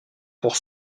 pour